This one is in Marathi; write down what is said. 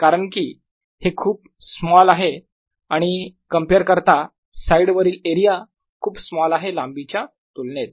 कारण कि हे खूप स्मॉल आहे आहे कम्पेअर करता साईड वरील एरिया खूप स्मॉल आहे लांबीच्या तुलनेत